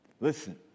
Listen